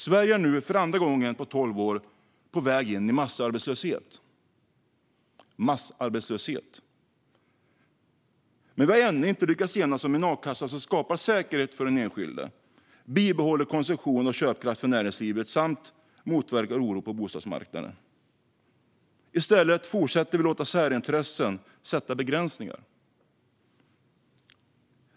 Sverige är nu, för andra gången på tolv år, på väg in i massarbetslöshet. Men vi har ännu inte lyckats enas om en a-kassa som skapar säkerhet för den enskilde, bibehåller konsumtion och köpkraft för näringslivet och motverkar oro på bostadsmarknaden. I stället fortsätter vi att låta särintressen sätta begränsningar.